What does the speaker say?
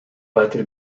батир